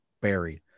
buried